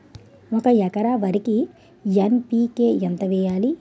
ఒక ఎకర వరికి ఎన్.పి.కే ఎంత వేయాలి?